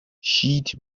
sheet